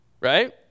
right